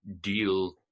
deal